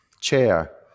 chair